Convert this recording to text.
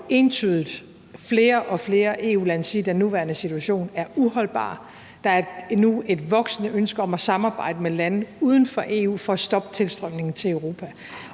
entydigt flere og flere EU-lande sige, at den nuværende situation er uholdbar. Der er nu et voksende ønske om at samarbejde med lande uden for EU for at stoppe tilstrømningen til Europa.